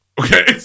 Okay